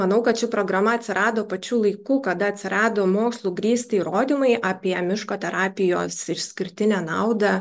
manau kad ši programa atsirado pačiu laiku kada atsirado mokslu grįsti įrodymai apie miško terapijos išskirtinę naudą